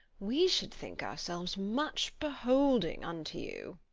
we should think ourselves much beholding unto you.